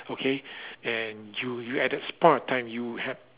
okay and you you at that spur of time you had